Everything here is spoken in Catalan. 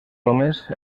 homes